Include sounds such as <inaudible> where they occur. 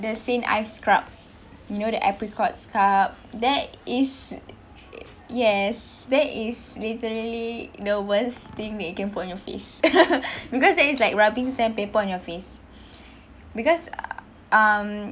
the St. Ives scrub you know the apricots scrub that is it yes that is literally the worst thing that you can put on your face <laughs> because that is like rubbing sandpaper on your face <breath> because um